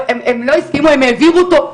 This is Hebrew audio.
הם לא הסכימו, הם העבירו אותו,